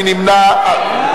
מי נמנע?